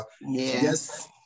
yes